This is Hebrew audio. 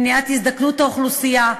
למניעת הזדקנות האוכלוסייה,